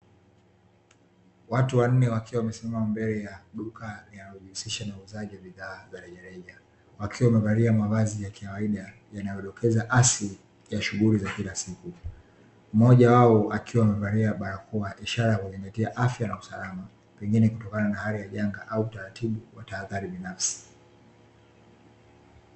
Watu wanne wakiwa wamesimama mbele ya duka, linalojihusisha na uuzaji wa bidhaa za rejareja, wakiwa wamevalia mavazi ya kawaida yanayodokeza asili ya shughuli za kila siku. Mmojawao akiwa amevalia barakoa, ishara ya kuzingatia afya na usalama, pengine kutokana na hali ya janga au utaratibu wa tahadhari binafsi.